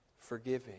forgiving